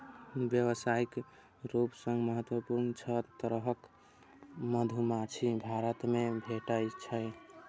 व्यावसायिक रूप सं महत्वपूर्ण छह तरहक मधुमाछी भारत मे भेटै छै